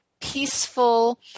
peaceful